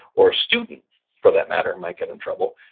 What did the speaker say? or a student, for that matter, might get in trouble,